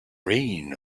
rain